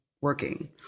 working